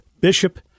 bishop